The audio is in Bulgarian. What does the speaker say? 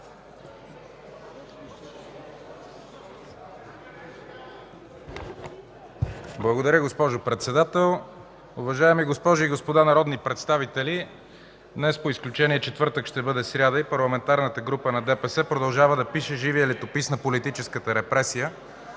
Благодаря, госпожо Председател. Уважаеми госпожи и господа народни представители, днес по изключение четвъртък ще бъде сряда и Парламентарната група на ДПС продължава да пише живия летопис на политическата репресия,